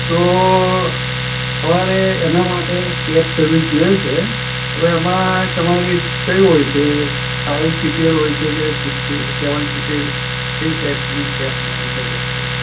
તો અમારે એના માટે કેબ સર્વિસ જોઈએ છે હવે એમાં તમારી કયું હોય છે ફાઇવ સીટેડ હોય છે કે સિક્સ સેવન સીટેડ કઈ ટાઇપની કેબ મળી શકે એમ છે